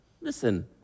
Listen